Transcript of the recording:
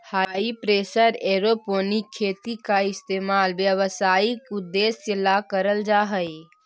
हाई pressure aeroponic खेती का इस्तेमाल व्यावसायिक उद्देश्य ला करल जा हई